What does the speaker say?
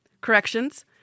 Corrections